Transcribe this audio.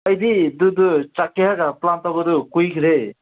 ꯑꯩꯗꯤ ꯑꯗꯨꯗ ꯆꯠꯀꯦ ꯍꯥꯏꯅ ꯄ꯭ꯂꯥꯟ ꯇꯧꯕꯗꯨ ꯀꯨꯏꯈ꯭ꯔꯦ